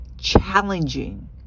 Challenging